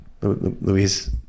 Louise